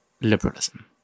liberalism